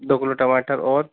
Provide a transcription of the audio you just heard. दो किलो टमाटर और